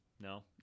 No